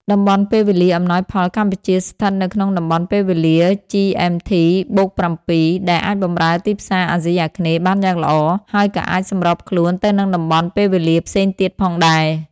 តំបន់ពេលវេលាអំណោយផល កម្ពុជាស្ថិតនៅក្នុងតំបន់ពេលវេលា GMT+7 ដែលអាចបម្រើទីផ្សារអាស៊ីអាគ្នេយ៍បានយ៉ាងល្អ ហើយក៏អាចសម្របខ្លួនទៅនឹងតំបន់ពេលវេលាផ្សេងទៀតផងដែរ។